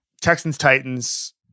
Texans-Titans